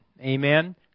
amen